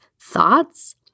thoughts